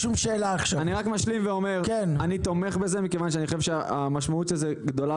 אני רק משלים ואומר: אני תומך בזה כי אני חושב שהמשמעות של זה גדולה